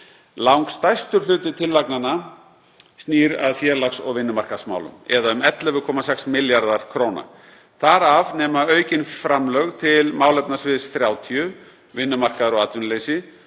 Langstærstur hluti tillagnanna snýr að félags- og vinnumarkaðsmálum, eða um 11,6 milljarðar kr. Þar af nema aukin framlög til málefnasviðs 30, Vinnumarkaður og atvinnuleysi,